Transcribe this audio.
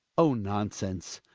oh, nonsense.